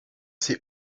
ses